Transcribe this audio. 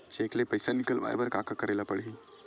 Cheque ले पईसा निकलवाय बर का का करे ल पड़हि?